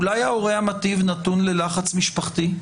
אבל אולי ההורה המיטיב נתון ללחץ משפחתי?